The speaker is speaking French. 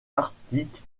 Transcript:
arctique